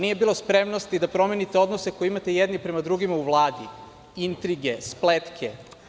Nije bilo spremnosti da promenite odnose koje imate jedni prema drugima u Vladi, intrige, spletke.